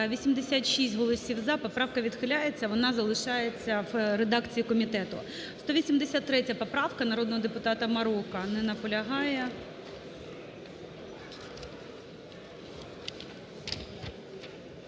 86 голосів "за", поправка відхиляється, вона залишається в редакції комітету. 183 поправка народного депутата Мороко. Не наполягає.